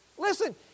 Listen